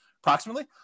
Approximately